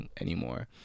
anymore